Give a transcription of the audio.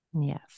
Yes